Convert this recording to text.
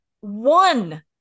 One